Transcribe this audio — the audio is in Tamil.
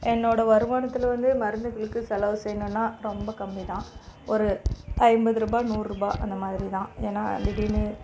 என்னோட வருமானத்தில் வந்து மருந்துகளுக்கு செலவு செய்யணுன்னா ரொம்ப கம்மி தான் ஒரு ஐம்பது ரூபா நூறு ரூபா அந்த மாதிரி தான் ஏன்னா திடீர்னு